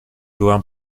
byłam